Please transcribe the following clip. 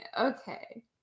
okay